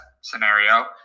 scenario